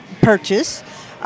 purchase